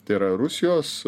tai yra rusijos